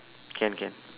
can can